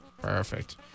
Perfect